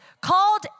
called